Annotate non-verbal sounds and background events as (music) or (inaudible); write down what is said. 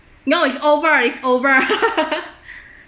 no it's over it's over (laughs)